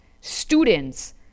Students